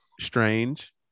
strange